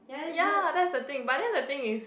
ya that's the thing but then the thing is